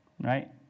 right